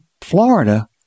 Florida